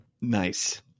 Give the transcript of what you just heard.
Nice